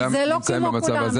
אבל זה לא כמו כולם,